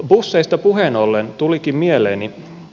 busseista puheen ollen tulikin mieleeni